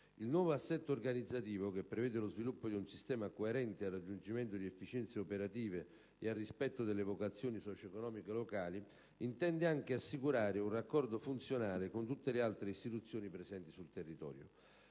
Il nuovo assetto organizzativo, che prevede lo sviluppo di un sistema coerente al raggiungimento di efficienze operative e al rispetto delle vocazioni socio-economiche locali, intende anche assicurare un raccordo funzionale con tutte le altre istituzioni presenti sul territorio.